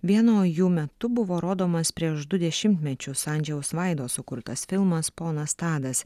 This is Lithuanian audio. vieno jų metu buvo rodomas prieš du dešimtmečius andžejaus vaido sukurtas filmas ponas tadas